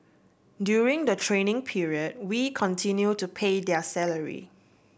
during the training period we continue to pay their salary